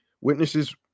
Witnesses